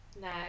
No